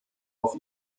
auf